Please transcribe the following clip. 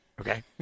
Okay